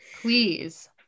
Please